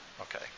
Okay